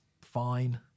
fine